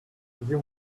you